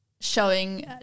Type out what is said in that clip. showing